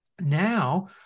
Now